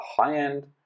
high-end